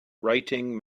writing